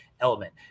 element